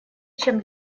чем